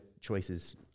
choices